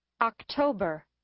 October